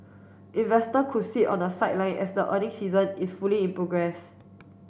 investor could sit on the sideline as the earning season is fully in progress